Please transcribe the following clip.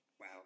Wow